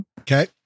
Okay